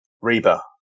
Reba